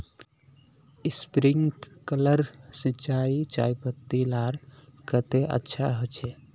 Sprinkler सिंचाई चयपत्ति लार केते अच्छा होचए?